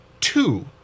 two